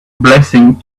blessing